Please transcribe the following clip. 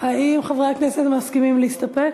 האם חברי הכנסת מסכימים להסתפק?